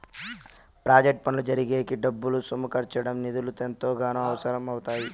project పనులు జరిగేకి డబ్బులు సమకూర్చడం నిధులు ఎంతగానో అవసరం అవుతాయి